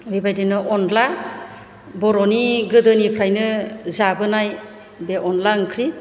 बेबायदिनो अनला बर'नि गोदोनिफ्रायनो जाबोनाय बे अनला ओंख्रि